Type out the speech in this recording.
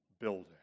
building